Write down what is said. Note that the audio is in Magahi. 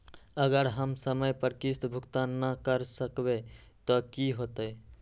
अगर हम समय पर किस्त भुकतान न कर सकवै त की होतै?